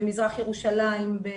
במזרח ירושלים,